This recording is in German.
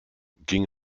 ging